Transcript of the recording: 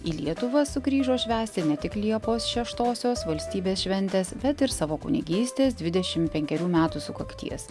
į lietuvą sugrįžo švęsti ne tik liepos šeštosios valstybės šventės bet ir savo kunigystės dvidešim penkerių metų sukakties